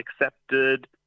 accepted